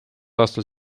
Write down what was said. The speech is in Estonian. aastal